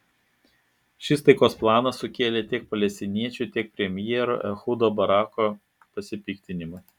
šis taikos planas sukėlė tiek palestiniečių tiek premjero ehudo barako pasipiktinimą